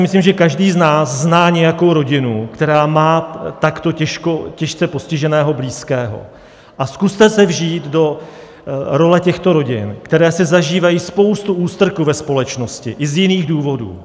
Myslím si, že každý z nás zná nějakou rodinu, která má takto těžce postiženého blízkého, a zkuste se vžít do role těchto rodin, které si zažívají spoustu ústrků ve společnosti i z jiných důvodů.